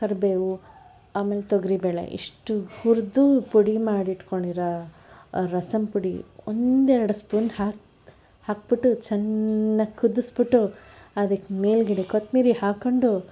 ಕರಿಬೇವು ಆಮೇಲೆ ತೊಗರೀಬೇಳೆ ಇಷ್ಟು ಹುರಿದು ಪುಡಿ ಮಾಡಿಟ್ಕೊಂಡಿರೋ ರಸಂ ಪುಡಿ ಒಂದೆರಡು ಸ್ಪೂನ್ ಹಾಕಿ ಹಾಕ್ಬಿಟ್ಟು ಚೆನ್ನಾಗಿ ಕುದುಸ್ಬಿಟ್ಟು ಅದಕ್ಕೆ ಮೇಲ್ಗಡೆ ಕೊತ್ತೊಂಬ್ರಿ ಹಾಕ್ಕೊಂಡು